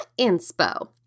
inspo